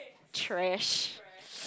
trash